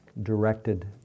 directed